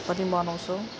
पनि मनाउँछौँ